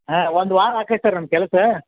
ಹಾಂ ಒಂದು ವಾರ ಆಕೈತಿ ಸರ್ ನಮ್ಮ ಕೆಲಸ